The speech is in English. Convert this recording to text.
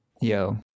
Yo